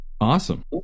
Awesome